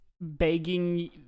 begging